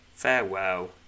Farewell